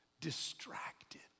Distracted